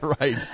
right